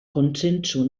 kontsentsu